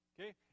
Okay